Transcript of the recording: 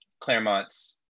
Claremont's